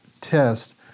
test